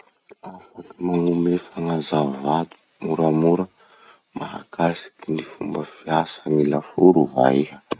Afaky magnome fagnazavà moramora mahakasiky ny fomba fiasa ny laforo va iha?